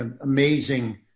amazing